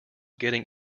getting